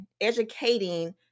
educating